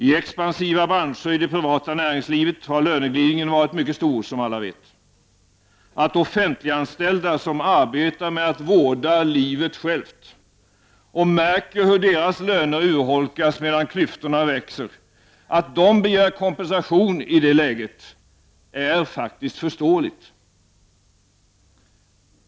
I expansiva branscher i det privata näringslivet har löneglidningen varit mycket stor. Att offentliganställda, som arbetar med att vårda livet självt och märker hur deras löner urholkas medan klyftorna växer, begär kompensation i det läget är förståeligt.